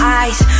eyes